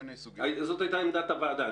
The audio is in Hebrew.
זאת הייתה עמדת הוועדה.